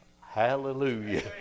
hallelujah